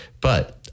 but-